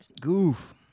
Goof